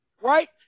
right